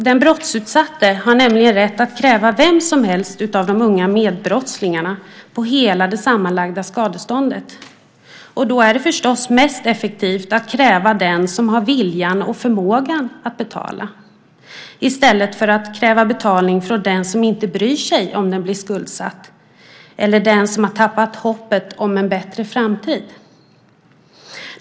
Den brottsutsatte har nämligen rätt att kräva vem som helst av de unga medbrottslingarna på hela det sammanlagda skadeståndet, och då är det förstås mest effektivt att kräva den som har viljan och förmågan att betala i stället för att kräva betalning från den som inte bryr sig om han eller hon blir skuldsatt eller den som har tappat hoppet om en bättre framtid.